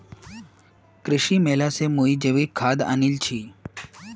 कृषि मेला स मुई जैविक खाद आनील छि